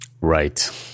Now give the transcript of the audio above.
Right